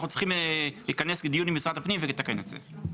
צריכים להיכנס לדיון עם משרד הפנים ולתקן את זה.